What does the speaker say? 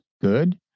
good